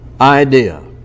idea